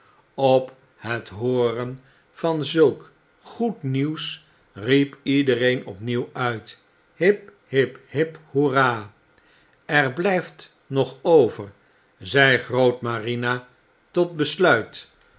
op het hooren van zulk goed nieuws riep iedereen opnieuw uit hip hip hip hoera er blijft nog over zei grootmarina tot besluit